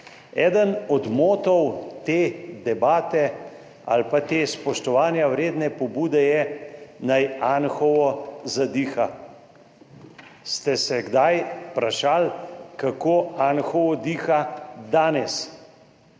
Eden od motov te debate ali te spoštovanja vredne pobude je, naj Anhovo zadiha. Ste se kdaj vprašali, kako Anhovo diha danes?